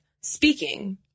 speaking